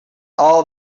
all